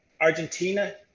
Argentina